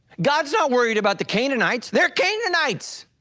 god's not worried about the canaanites, they're canaanites.